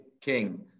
King